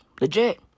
Legit